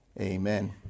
Amen